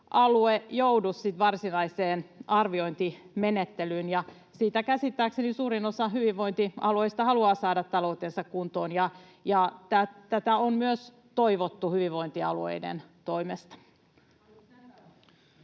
joudu varsinaiseen arviointimenettelyyn. Käsittääkseni suurin osa hyvinvointialueista haluaa saada taloutensa kuntoon, ja tätä on myös toivottu hyvinvointialueiden toimesta.